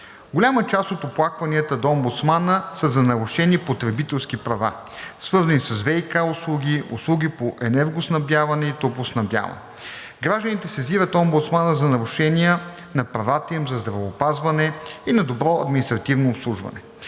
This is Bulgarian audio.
Голяма част от оплакванията до омбудсмана са за нарушени потребителски права, свързани с ВиК услуги, услуги по енергоснабдяване и топлоснабдяване. Гражданите сезират омбудсмана за нарушения на правата им на здравеопазване и на добро административно обслужване.